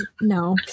no